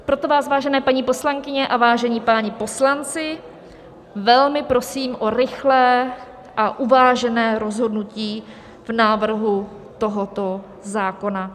Proto vás, vážené paní poslankyně a vážení páni poslanci, velmi prosím o rychlé a uvážené rozhodnutí v návrhu tohoto zákona.